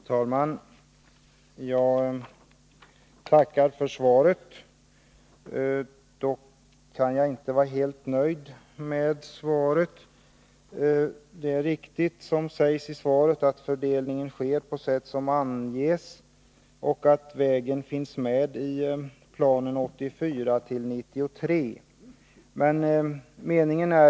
Herr talman! Jag tackar för svaret, men kan dock inte vara helt nöjd med det. Det är riktigt att fördelningen av medel sker på sätt som anges i svaret och att vägen finns med i planen för tiden 1984-1993.